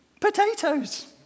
Potatoes